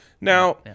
Now